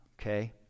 Okay